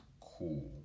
cool